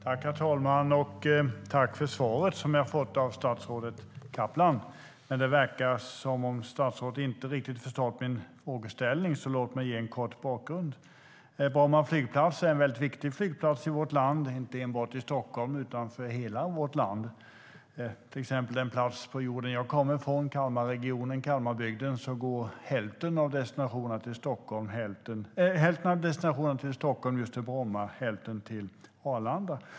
Herr talman! Tack för svaret som jag har fått av statsrådet Kaplan! Det verkar dock som om statsrådet inte riktigt har förstått min frågeställning. Låt mig därför ge en kort bakgrund. Bromma flygplats är en väldigt viktig flygplats, inte enbart i Stockholm utan för hela vårt land. Till exempel från den plats på jorden som jag kommer ifrån - Kalmarregionen - går hälften av destinationerna till Stockholm just till Bromma och hälften till Arlanda.